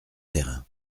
thérain